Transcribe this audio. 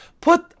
put